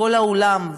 וכל העולם,